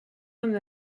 homme